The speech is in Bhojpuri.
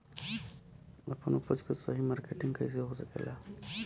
आपन उपज क सही मार्केटिंग कइसे हो सकेला?